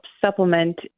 supplement